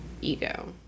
ego